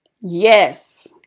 yes